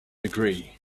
agree